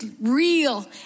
real